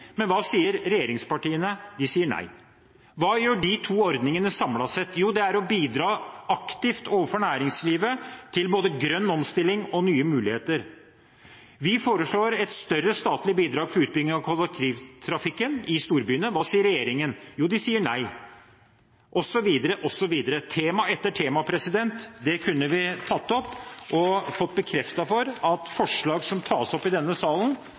Men hva sier regjeringspartiene? De sier nei. Hva gjør de to ordningene samlet sett? Jo, det er å bidra aktivt overfor næringslivet til både grønn omstilling og nye muligheter. Vi foreslår et større statlig bidrag for utbygging av kollektivtrafikken i storbyene. Hva sier regjeringen? Jo, de sier nei – i tema etter tema. Det kunne vi tatt opp og fått bekreftet, at forslag som tas opp i denne salen,